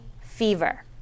fever